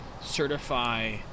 certify